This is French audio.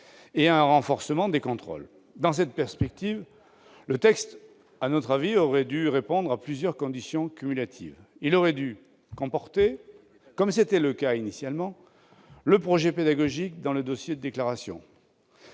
et à un renforcement des contrôles. Dans cette perspective, le texte aurait dû, selon nous, répondre à plusieurs conditions cumulatives. Il aurait dû prévoir, comme c'était le cas initialement, l'inclusion du projet pédagogique dans le dossier de déclaration.